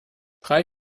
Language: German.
drei